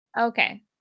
Okay